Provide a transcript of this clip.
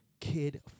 kid